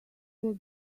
were